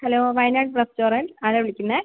hello Wayanad restaurant ആരാണ് വിളിക്കുന്നത്